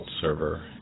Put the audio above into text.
Server